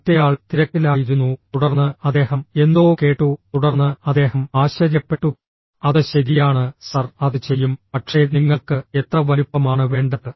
മറ്റേയാൾ തിരക്കിലായിരുന്നു തുടർന്ന് അദ്ദേഹം എന്തോ കേട്ടു തുടർന്ന് അദ്ദേഹം ആശ്ചര്യപ്പെട്ടു അത് ശരിയാണ് സർ അത് ചെയ്യും പക്ഷേ നിങ്ങൾക്ക് എത്ര വലുപ്പമാണ് വേണ്ടത്